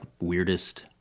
weirdest